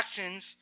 actions